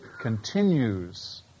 continues